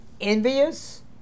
envious